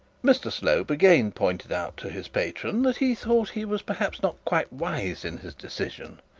mr slope again pointed out to his patron that he thought he was perhaps not quite wise in his decision,